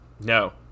no